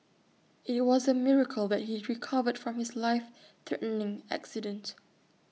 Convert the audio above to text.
IT was A miracle that he recovered from his life threatening accident